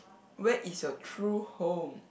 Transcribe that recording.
where is your true home